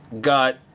got